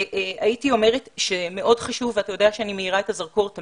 הייתי אומרת שמאוד חשוב - ואתה יודע שאני מאירה תמיד את הזרקור כי